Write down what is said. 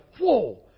whoa